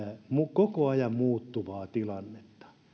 koko ajan muuttuvaa tilannetta